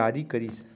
जारी करिस